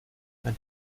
mein